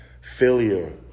failure